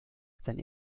sein